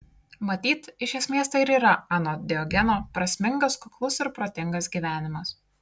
matyt iš esmės tai ir yra anot diogeno prasmingas kuklus ir protingas gyvenimas